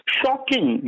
shocking